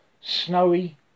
snowy